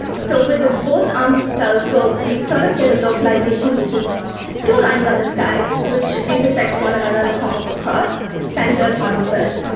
so with both arms of the telescope we sort of get a localisation which is two lines on the sky which intersect one another in the form of a cross, centred on the burst.